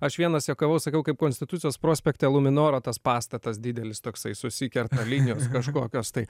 aš vienas juokavau sakau kaip konstitucijos prospekte luminoro tas pastatas didelis toksai susikerta linijos kažkokios tai